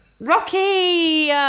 Rocky